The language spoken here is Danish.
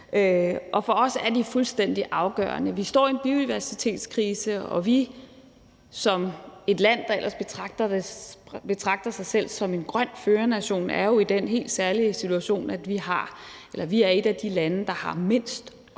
og for os er de fuldstændig afgørende. Vi står i en biodiversitetskrise, og som et land, der ellers betragter sig selv som en grøn førernation, er vi jo i den helt særlige situation, at vi er et af de lande, der har mindst og